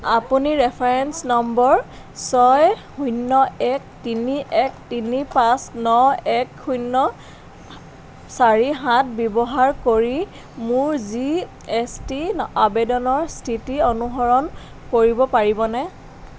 আপুনি reference number ছয় শূন্য এক তিনি এক তিনি পাঁচ ন এক শূন্য চাৰি সাত ব্যৱহাৰ কৰি মোৰ জি এছ টি আবেদনৰ স্থিতি অনুসৰণ কৰিব পাৰিবনে